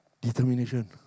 Determination